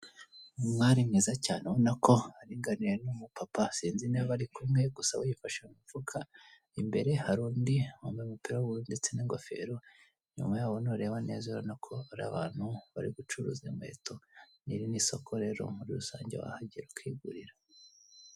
umwari mwiza cyane urabona ko ariganirira n'umupapa sinzi niba bari kumwe gusa we yifashe mu mifuka imbere hari undi wambaye umupira w'ubururu ndetse n'ingofero inyuma yabo n'ureba neza urabona ko bariya bantu bari gucuruza inkweto niri ni isoko rero muri rusange baba bagiye kwigurira.